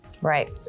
right